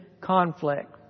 conflict